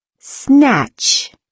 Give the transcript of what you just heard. Snatch